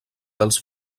dels